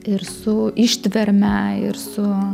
ir su ištverme ir su